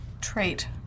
trait